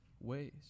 ways